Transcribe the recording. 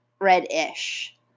red-ish